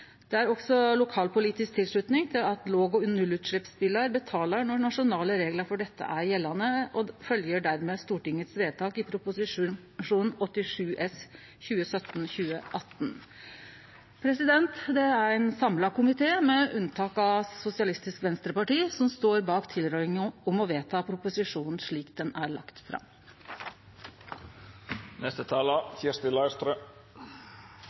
Det er også lokalpolitisk tilslutning til at låg- og nullutsleppsbilar betaler når nasjonale reglar for det gjeld. Ein følgjer dermed opp stortingsvedtaket i behandlinga av Prop. 87 S for 2017–2018. Det er ein samla komité, med unntak av Sosialistisk Venstreparti, som står bak tilrådinga om å vedta proposisjonen slik han er